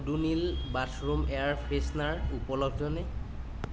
Odonil bathroom air freshener উপলব্ধনে